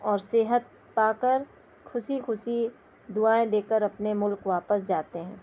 اور صحت پا کر خوشی خوشی دعائیں دے کر اپنے ملک واپس جاتے ہیں